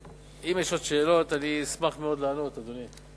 אם יש עוד שאלות, אני אשמח מאוד לענות, אדוני.